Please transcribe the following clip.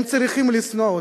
הם צריכים לשנוא אותה.